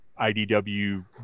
IDW